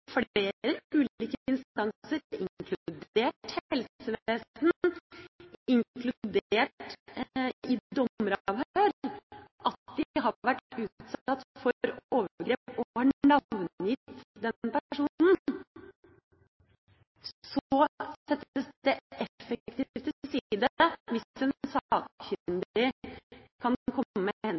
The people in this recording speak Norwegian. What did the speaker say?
ulike instanser – inkludert helsevesen, inkludert i dommeravhør – at de har vært utsatt for overgrep og har navngitt den personen, settes det effektivt til side hvis en sakkyndig kan komme med